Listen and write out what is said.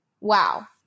Wow